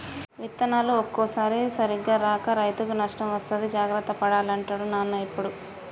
విత్తనాలు ఒక్కోసారి సరిగా రాక రైతుకు నష్టం వస్తది జాగ్రత్త పడాలి అంటాడు నాన్న ఎప్పుడు